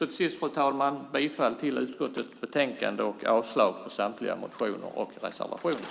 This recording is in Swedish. Till sist, fru talman, vill jag yrka bifall till förslaget i utskottets betänkande och avslag på samtliga motioner och reservationer.